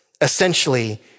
Essentially